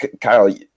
Kyle